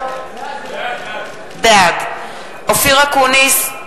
בעד אופיר אקוניס,